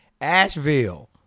Asheville